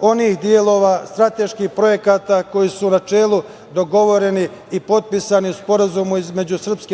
onih delova strateških projekata koji su na čelu dogovoreni i potpisani u Sporazumu između SNS